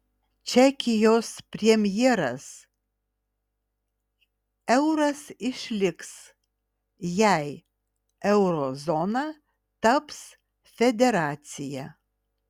čekijos premjeras euras išliks jei euro zona taps federacija